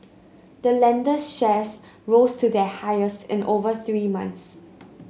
the lender's shares rose to their highest in over three months